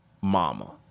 mama